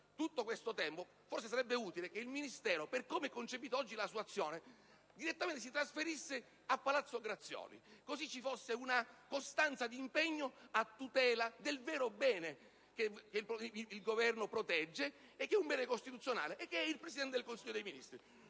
sono abbastanza vicini, forse sarebbe utile che il Ministero, per come è concepita oggi la sua azione, direttamente si trasferisse a Palazzo Grazioli, così ci sarebbe una costanza di impegno a tutela del vero bene che il Governo protegge, che è un bene costituzionale: il Presidente del Consiglio dei ministri.